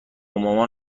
مامان